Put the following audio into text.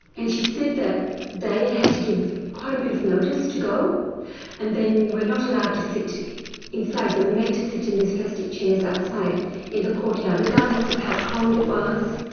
and she said that they had to give quite a bit of notice to go and then were not allowed to sit inside they were made to sit in these plastic chairs outside in the courtyard, regardless of how cold it was,